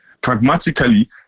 Pragmatically